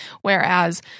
whereas